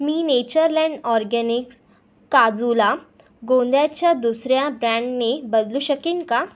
मी Natureland Organics काजूला गोंदाच्या दुसऱ्या ब्रँडने बदलू शकेन का